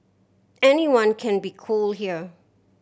anyone can be cool here